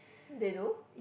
they do